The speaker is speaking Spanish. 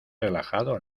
relajado